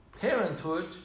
parenthood